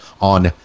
on